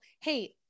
Hey